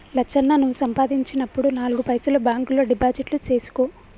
లచ్చన్న నువ్వు సంపాదించినప్పుడు నాలుగు పైసలు బాంక్ లో డిపాజిట్లు సేసుకో